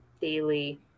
daily